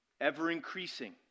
ever-increasing